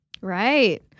Right